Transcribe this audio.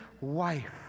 wife